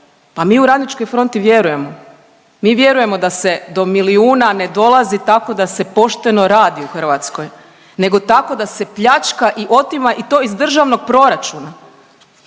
Pa mi u Radničkoj fronti vjerujemo, mi vjerujemo da se do milijuna ne dolazi tako da se pošteno radi u Hrvatskoj nego tako da se pljačka i otima i to iz Državnog proračuna.